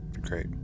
Great